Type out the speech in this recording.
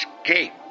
Escape